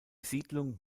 siedlung